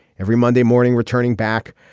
every monday morning, returning back.